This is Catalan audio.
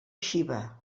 xiva